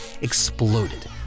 exploded